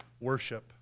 worship